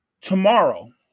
tomorrow